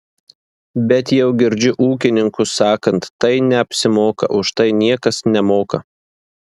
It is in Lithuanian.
bet jau girdžiu ūkininkus sakant tai neapsimoka už tai niekas nemoka